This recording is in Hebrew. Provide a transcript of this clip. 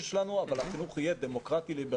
שלנו אבל החינוך יהיה דמוקרטי-ליברלי.